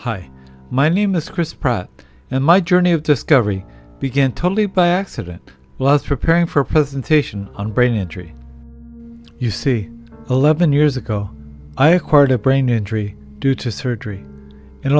hi my name is chris pratt and my journey of discovery begin totally by accident was preparing for a presentation on brain injury you see eleven years ago i acquired a brain injury due to surgery and